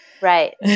Right